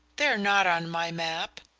they're not on my map!